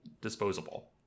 disposable